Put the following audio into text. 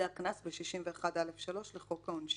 זה הקנס ב-61(א)(3) לחוק העונשין.